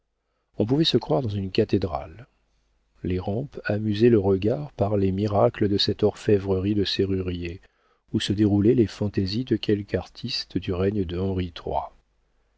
on pouvait se croire dans une cathédrale les rampes amusaient le regard par les miracles de cette orfévrerie de serrurier où se déroulaient les fantaisies de quelque artiste du règne de henri